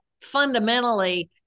fundamentally